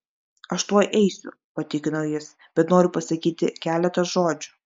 aš tuoj eisiu patikino jis bet noriu pasakyti keletą žodžių